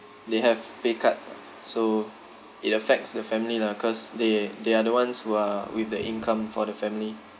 they have pay cut ah so it affects the family lah cause they they are the ones who are with the income for the family